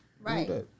right